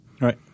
Right